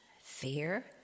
fear